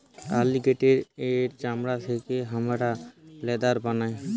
অলিগেটের এর চামড়া থেকে হামরা লেদার বানাই